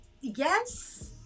Yes